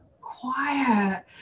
quiet